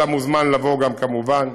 אתה מוזמן לבוא, כמובן.